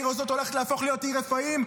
העיר זאת הולכת להפוך להיות עיר רפאים,